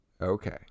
Okay